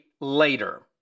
later